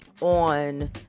on